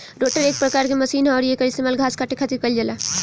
rotor एक प्रकार के मशीन ह अउरी एकर इस्तेमाल घास काटे खातिर कईल जाला